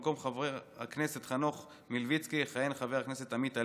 במקום חבר הכנסת חנוך מלביצקי יכהן חבר הכנסת עמית הלוי,